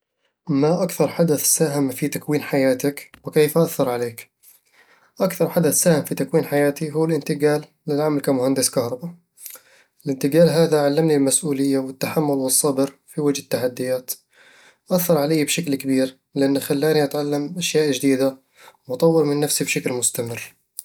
ما أكثر حدث ساهم في تكوين حياتك، وكيف أثر عليك؟ أكثر حدث ساهم في تكوين حياتي هو الانتقال للعمل كمهندس كهربا الانتقال هذا علمني المسؤولية والتحمل والصبر في وجه التحديات أثر عليّ بشكل كبير، لأنه خلاني أتعلم أشياء جديدة وأطور من نفسي بشكل مستمر